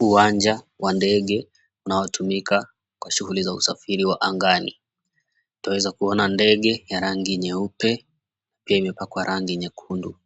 Uwanja wa ndege unaotumika kwa shughuli za usafiri wa angani. Twaweza kuona ndege ya rangi nyeupe pia imepakwa rangi nyekundu.